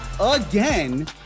again